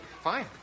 Fine